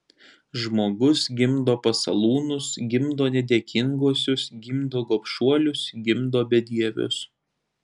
žmogus gimdo pasalūnus gimdo nedėkinguosius gimdo gobšuolius gimdo bedievius